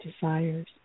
desires